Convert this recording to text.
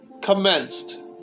commenced